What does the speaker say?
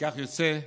לפיכך יוצא שאכן,